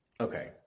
Okay